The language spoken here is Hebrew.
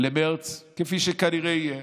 במרץ, כפי שכנראה יהיה,